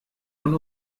von